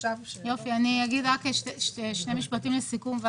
אומר שני משפטים לסיכום: